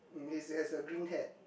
he he has a green hat